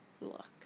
Look